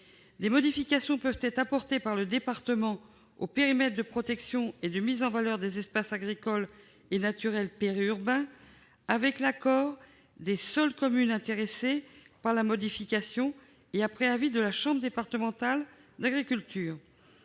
Des modifications peuvent être apportées par le département au périmètre de protection et de mise en valeur des espaces agricoles et naturels périurbains avec l'accord des seules communes intéressées par la modification et après avis de la chambre départementale d'agriculture.